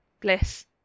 bliss